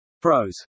Pros